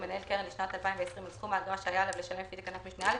מנהל קרן לשנת 2020 על סכום האגרה שהיה עליו לשלם לפי תקנת משנה (א),